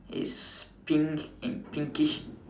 is pink pinkish